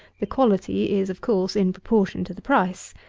the quality is, of course, in proportion to the price.